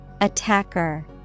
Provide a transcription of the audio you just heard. Attacker